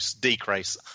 decrease